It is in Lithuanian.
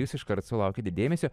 jūs iškart sulaukėt dėmesio